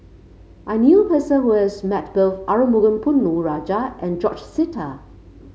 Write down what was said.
I knew a person who has met both Arumugam Ponnu Rajah and George Sita